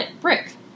brick